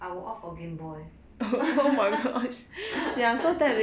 I will opt for gameboy